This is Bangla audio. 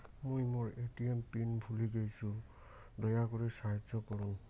মুই মোর এ.টি.এম পিন ভুলে গেইসু, দয়া করি সাহাইয্য করুন